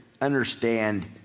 understand